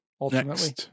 Ultimately